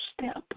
step